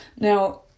Now